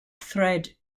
thread